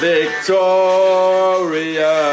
Victoria